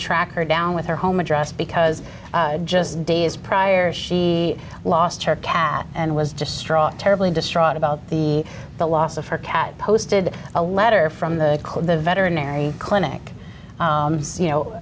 track her down with her home address because just days prior she lost her cat and was just straught terribly distraught about the loss of her cat posted a letter from the the veterinary clinic you